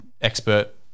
expert